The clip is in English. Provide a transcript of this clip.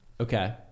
okay